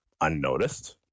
unnoticed